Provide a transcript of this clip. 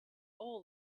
all